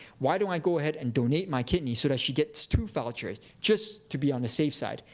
why don't i go ahead and donate my kidney so that she gets two vouchers, just to be on the safe side?